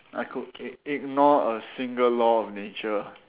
I could ig~ ignore a single law of nature